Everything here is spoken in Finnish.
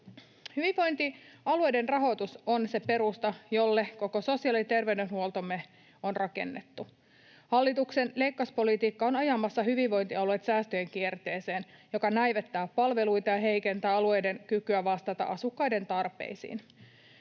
Hyvinvointialueiden rahoitus on se perusta, jolle koko sosiaali- ja terveydenhuoltomme on rakennettu. Hallituksen leikkauspolitiikka on ajamassa hyvinvointialueet säästöjen kierteeseen, joka näivettää palveluita ja heikentää alueiden kykyä vastata asukkaiden tarpeisiin.